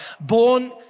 born